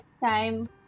time